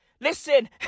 listen